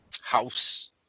House